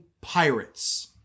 pirates